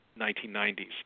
1990s